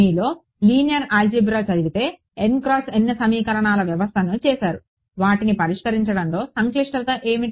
మీలో linear algebra చదివితే సమీకరణాల వ్యవస్థని చేసారు వాటిని పరిష్కరించడంలో సంక్లిష్టత ఏమిటి